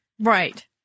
Right